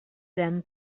then